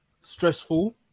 stressful